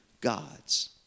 gods